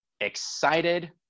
excited